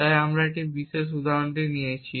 তাই আমরা এই বিশেষ উদাহরণটি নিয়েছি